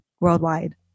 worldwide